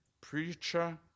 Preacher